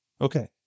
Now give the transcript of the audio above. Okay